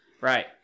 Right